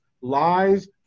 lies